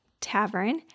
tavern